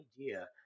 idea